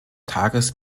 tages